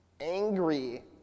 angry